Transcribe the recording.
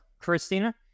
Christina